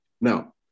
Now